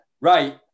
Right